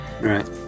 Right